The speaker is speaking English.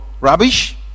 rubbish